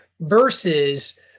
versus